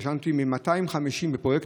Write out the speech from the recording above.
והתרשמתי מפרויקט,